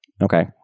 okay